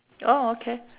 oh okay